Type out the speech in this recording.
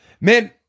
Man